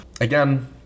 Again